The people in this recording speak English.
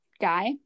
guy